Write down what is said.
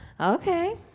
Okay